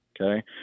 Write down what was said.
Okay